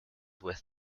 with